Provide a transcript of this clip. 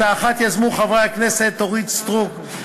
את האחת יזמו חברי הכנסת אורית סטרוק,